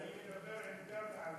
אני מדבר עם תמר על זה,